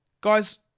Guys